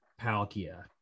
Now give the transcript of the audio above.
Palkia